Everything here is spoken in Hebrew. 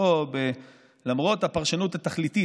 למרות הפרשנות התכליתית,